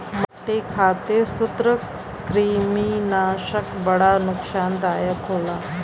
मट्टी खातिर सूत्रकृमिनाशक बड़ा नुकसानदायक होला